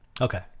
okay